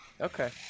Okay